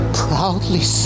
proudly